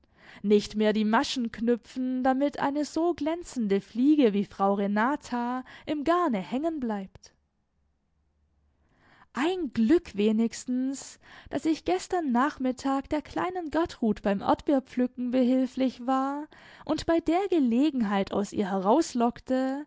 nicht mehr die maschen knüpfen damit eine so glänzende fliege wie frau renata im garne hängen bleibt ein glück wenigstens daß ich gestern nachmittag der kleinen gertrud beim erdbeerpflücken behilflich war und bei der gelegenheit aus ihr herauslockte